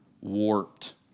warped